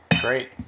Great